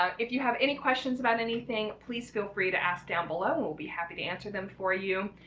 um if you have any questions about anything please feel free to ask down below and we'll be happy to answer them for you.